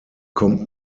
kommt